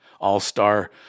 all-star